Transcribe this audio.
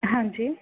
ਹਾਂਜੀ